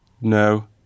No